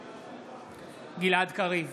בעד גלעד קריב,